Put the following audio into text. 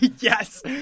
Yes